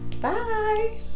Bye